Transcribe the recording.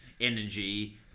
energy